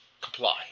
comply